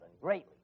greatly